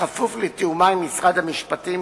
בכפוף לתיאומה עם משרד המשפטים,